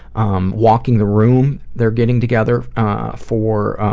um walking the room, they're getting together for